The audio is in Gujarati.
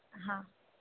હાં